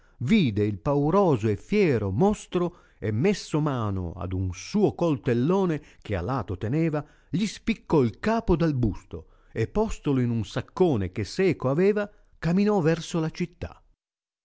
vide il pauroso e fiero mostro e messo mano ad un suo coltellone che a lato teneva gli spiccò il capo dal busto e postolo in un saccone che seco aveva camino verso la città